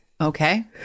Okay